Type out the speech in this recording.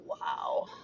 wow